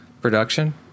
production